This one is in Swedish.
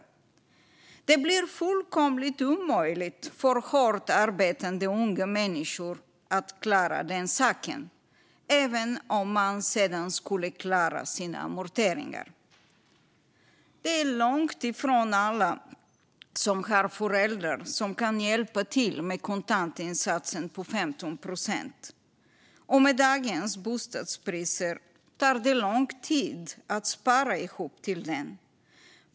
Han sa: "Det blir ibland fullkomligt omöjligt för hårt arbetande unga människor att klara den saken, även om man sedan skulle klara sina amorteringar." Det är långt ifrån alla som har föräldrar som kan hjälpa till med kontantinsatsen på 15 procent, och med dagens bostadspriser tar det lång tid att spara ihop till den.